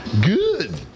good